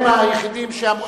אבל הם היחידים שאמרו,